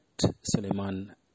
Suleiman